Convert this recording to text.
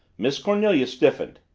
miss cornelia stiffened.